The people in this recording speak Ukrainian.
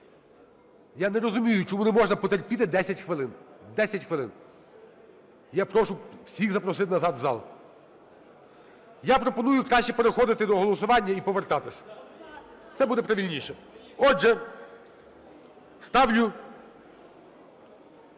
я не розумію, чому не можна потерпіти 10 хвилин? 10 хвилин. Я прошу всіх запросити назад в зал. Я пропоную краще переходити до голосування і повертатись, це буде правильніше. Отже, ставлю